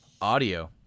audio